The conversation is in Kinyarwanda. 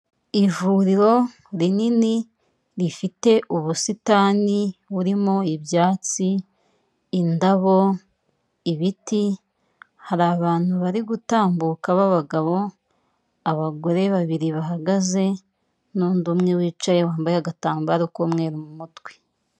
Ivuriro rinini rifite ubusitani burimo ibyatsi, indabo, ibiti, hari abantu bari gutambuka b'abagabo, abagore babiri bahagaze, n'undi umwe wicaye wambaye agatambaro k'umweru mu mutwe.